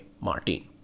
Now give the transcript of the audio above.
Martin